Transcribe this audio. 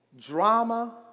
drama